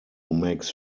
makes